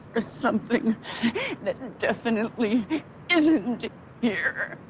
there's something that definitely isn't here.